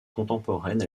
contemporaine